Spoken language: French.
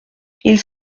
ils